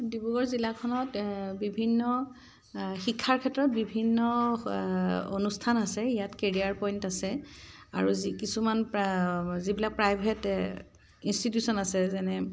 ডিব্ৰুগড় জিলাখনত বিভিন্ন শিক্ষাৰ ক্ষেত্ৰত বিভিন্ন অনুষ্ঠান আছে ইয়াত কেৰিয়াৰ পইণ্ট আছে আৰু যি কিছুমান যিবিলাক প্ৰাইভেট ইনষ্টিটিউশ্যন আছে যেনে